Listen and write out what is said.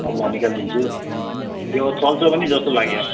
म निकालिदिन्छु यो चल्छ पनि जस्तो लाग्यो